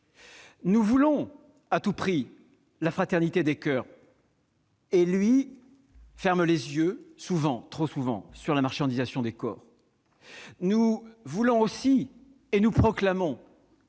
nous voulons à tout prix la fraternité des coeurs, il ferme les yeux, souvent, trop souvent, sur la marchandisation des corps. Quand nous proclamons